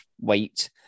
Wait